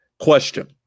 Question